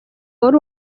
wari